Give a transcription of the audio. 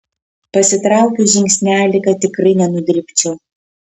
pasitraukiu žingsnelį kad tikrai nenudribčiau